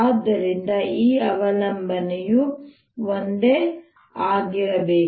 ಆದ್ದರಿಂದ ಈ ಅವಲಂಬನೆಯು ಒಂದೇ ಆಗಿರಬೇಕು